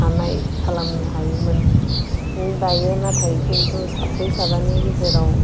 हानाय खालामनो हायोमोन दायो नाथाय खिन्थु साब्रै साबानि गेजेराव